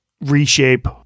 reshape